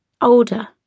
Older